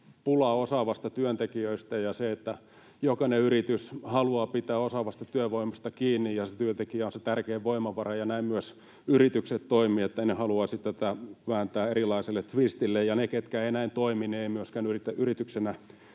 pulaa osaavista työntekijöistä ja jokainen yritys haluaa pitää osaavasta työvoimasta kiinni ja se työntekijä on se tärkein voimavara. Näin myös yritykset toimivat, niin että en haluaisi tätä vääntää erilaiselle tvistille, ja ne, ketkä eivät näin toimi, eivät myöskään yrityksenä